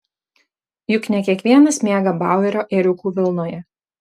juk ne kiekvienas miega bauerio ėriukų vilnoje